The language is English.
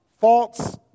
false